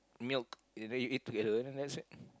milk and then you eat together and that's it